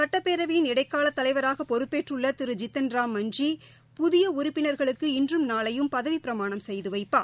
சுட்டப்பேரவையின் இடைக்கால தலைவராக பொறுப்பேற்றுள்ள திரு ஜித்தன் ராம் மஞ்சு புதிய உறுப்பினர்களுக்கு இன்றும் நாளையும் பதவிப்பிரமாணம் செய்து வைப்பார்